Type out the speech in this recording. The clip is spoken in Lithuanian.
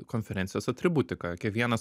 konferencijos atributika kiekvienas